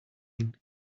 mean